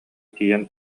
тиийэн